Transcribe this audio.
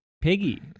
Piggy